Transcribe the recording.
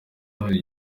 wahawe